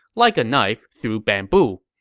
like a knife through bamboo.